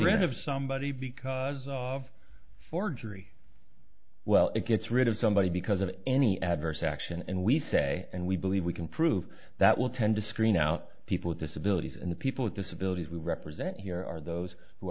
of somebody because of forgery well it gets rid of somebody because of any adverse action and we say and we believe we can prove that will tend to screen out people with disabilities and the people with disabilities we represent here are those who